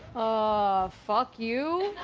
ah fuck you?